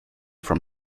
from